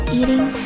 eating